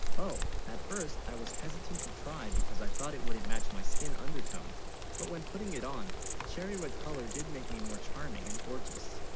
oh? at first i was hesitant to try because i thought, it wouldn't match, my skin undertone but, when putting it on the cherry red color, did make me more charming and gorgeous